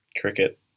cricket